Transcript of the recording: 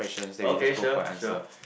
okay sure sure